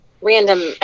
random